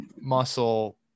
muscle